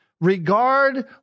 regard